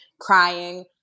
crying